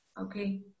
okay